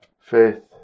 faith